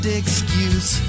excuse